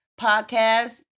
podcast